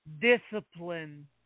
discipline